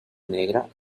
negra